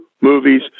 movies